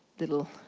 little.